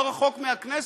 לא רחוק מהכנסת,